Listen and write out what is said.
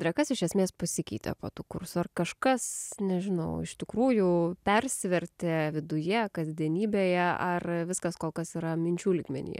tai yra kas iš esmės pasikeitė po to kurso kažkas nežinau iš tikrųjų persivertė viduje kasdienybėje ar viskas kol kas yra minčių lygmenyje